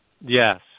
Yes